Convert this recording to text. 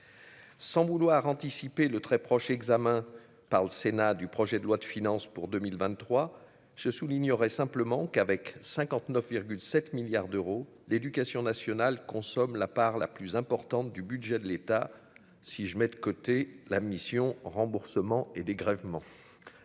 sans vouloir anticiper le très proche : examen par le Sénat du projet de loi de finances pour 2023, je soulignerai simplement qu'avec 59 7 milliards d'euros, l'éducation nationale consomme la part la plus importante du budget de l'État, si je mets de côté la mission remboursements et dégrèvements,